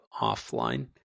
offline